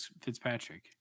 Fitzpatrick